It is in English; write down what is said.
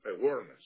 awareness